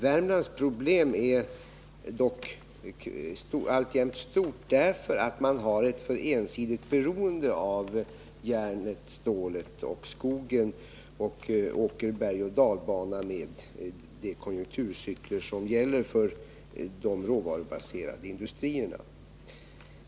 Värmlands problem är dock alltjämt stora på grund av att man har ett för ensidigt beroende av järnet, stålet och skogen, och man åker bergoch dalbana med de konjunkturcykler som gäller för de råvarubaserade industrierna.